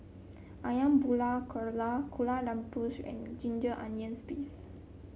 ayam Buah Keluak Kueh Rengas and Ginger Onions beef